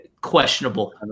questionable